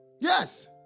yes